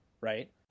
right